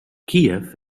kiew